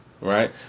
right